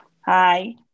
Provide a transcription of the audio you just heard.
Hi